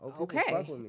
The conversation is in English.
Okay